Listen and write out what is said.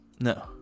No